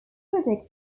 critics